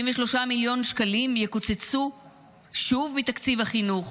33 מיליון שקלים יקוצצו שוב מתקציב החינוך,